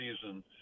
season